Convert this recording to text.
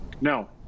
No